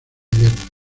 guerra